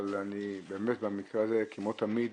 אבל אני באמת במקרה הזה, כמו תמיד,